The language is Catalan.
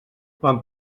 quan